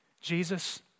Jesus